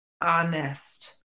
honest